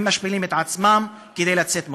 הם משפילים את עצמם כדי לצאת מוקדם.